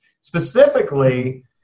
specifically